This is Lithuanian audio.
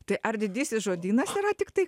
tai ar didysis žodynas yra tiktai